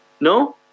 no